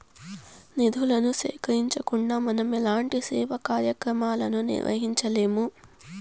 నిధులను సేకరించకుండా మనం ఎలాంటి సేవా కార్యక్రమాలను నిర్వహించలేము